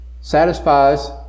satisfies